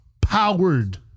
powered